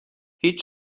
هیچ